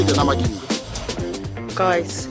Guys